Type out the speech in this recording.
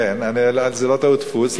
כן, זאת לא טעות דפוס.